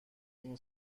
این